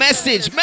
Message